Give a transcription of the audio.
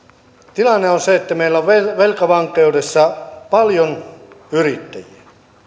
tilannehan on se että meillä on velkavankeudessa paljon yrittäjiä